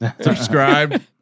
subscribe